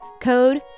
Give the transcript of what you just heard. code